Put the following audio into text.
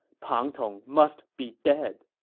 pang tong must be dead!